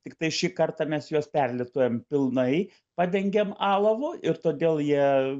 tiktai šį kartą mes juos perlituojam pilnai padengiam alavu ir todėl jie